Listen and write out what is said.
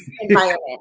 environment